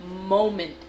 moment